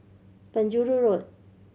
Penjuru Road